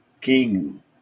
King